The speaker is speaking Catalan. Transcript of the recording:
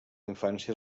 infància